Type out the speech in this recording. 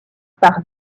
par